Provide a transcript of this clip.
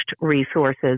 resources